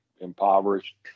impoverished